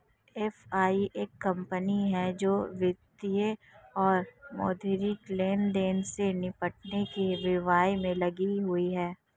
FI एक company है जो वित्तीय और मौद्रिक लेनदेन से निपटने के व्यवसाय में लगी हुई है